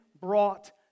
brought